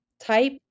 type